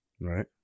Right